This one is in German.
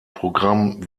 programm